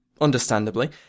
Understandably